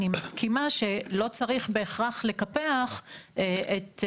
אני מסכימה שלא צריך בהכרח לקפח את,